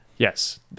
yes